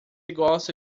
gosta